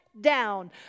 down